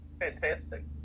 fantastic